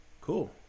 Cool